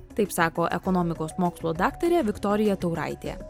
taip sako ekonomikos mokslų daktarė viktorija tauraitė